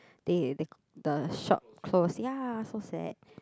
they they the shop close ya so sad